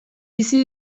bizi